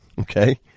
Okay